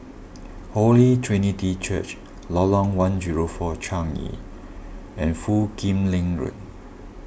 Holy Trinity Church Lorong one zero four Changi and Foo Kim Lin Road